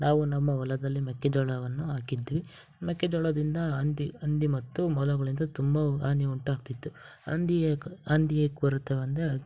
ನಾವು ನಮ್ಮ ಹೊಲದಲ್ಲಿ ಮೆಕ್ಕೆಜೋಳವನ್ನು ಹಾಕಿದ್ವಿ ಮೆಕ್ಕೆಜೋಳದಿಂದ ಹಂದಿ ಹಂದಿ ಮತ್ತು ಮೊಲಗಳಿಂದ ತುಂಬ ಹಾನಿ ಉಂಟಾಗುತ್ತಿತ್ತು ಹಂದಿ ಏಕೆ ಹಂದಿ ಏಕೆ ಬರುತ್ತವಂದರೆ